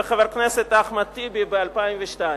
וחבר הכנסת אחמד טיבי ב-2002.